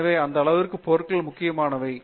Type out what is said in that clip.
எனவே அந்த அளவிற்கு பொருட்கள் முக்கியமானவை